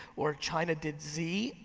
or china did z,